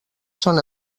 són